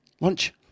lunch